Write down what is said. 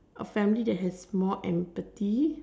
a family that has more empathy